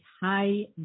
high